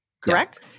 correct